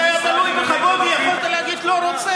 זה היה תלוי בך, בוגי, יכולת להגיד: לא רוצה.